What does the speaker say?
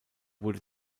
wurde